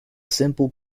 simple